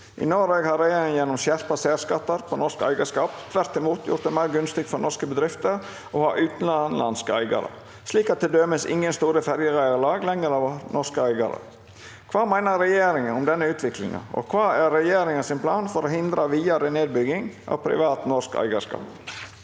I Noreg har regjeringa gjennom skjerpa sær- skattar på norsk eigarskap tvert imot gjort det meir gun- stig for norske bedrifter å ha utanlandske eigarar, slik at til dømes ingen store ferjereiarlag lenger har norske eiga- rar. Kva meiner regjeringa om denne utviklinga, og kva er regjeringa sin plan for å hindre vidare nedbygging av privat norsk eigarskap?»